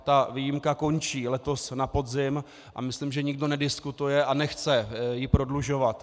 Ta výjimka končí letos na podzim a myslím, že nikdo nediskutuje a nechce ji prodlužovat.